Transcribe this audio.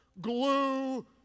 glue